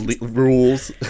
Rules